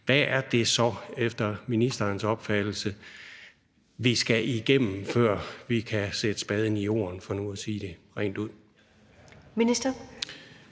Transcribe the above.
Hvad er det så efter ministerens opfattelse, vi skal igennem, før vi kan sætte spaden i jorden, for nu at sige det rent ud? Kl.